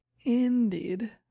Indeed